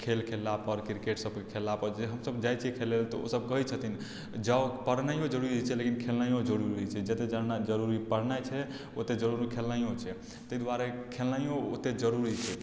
खेल खेलला पर क्रिकेट सभ खेलला पर जे हम जाइ छी खाए लए तऽ ओ सभ कहै छथिन जँ पढ़नाइयो जरुरी होइ छै तऽ खेलनाइयो जरुरी होइ छै जतऽ पढ़नाइ छै ओते जरुरी खेलनाइयो छै ताहि दुआरे खेलनाइयो जरुरी छै